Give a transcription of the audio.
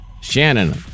Shannon